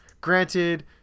Granted